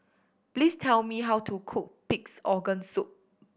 please tell me how to cook Pig's Organ Soup